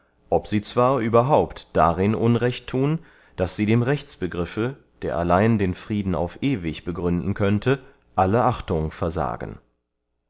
ob sie zwar überhaupt darin unrecht thun daß sie dem rechtsbegriffe der allein den frieden auf ewig begründen könnte alle achtung versagen